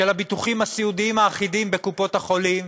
של הביטוחים הסיעודיים האחידים בקופות-החולים,